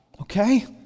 okay